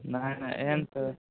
नहि नहि एहन तऽ